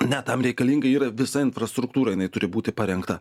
ne tam reikalinga yra visa infrastruktūra jinai turi būti parengta